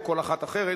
או כל אחת אחרת